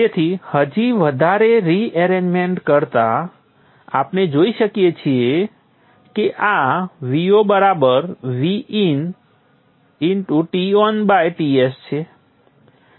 તેથી હજી વધારે રીએરેંજમેંટ કરતા આપણે જોઈ શકીએ છીએ કે આ Vo Vin Ton Ts છે